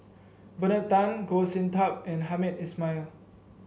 Bernard Tan Goh Sin Tub and Hamed Ismail